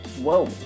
Whoa